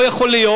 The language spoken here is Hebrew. לא יכול להיות.